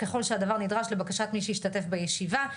ככול שהדבר נדרש לבקשת מי שהשתתף בישיבה,